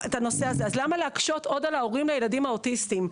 למה להקשות עוד על ההורים לילדים אוטיסטים?